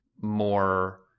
more